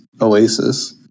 oasis